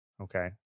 Okay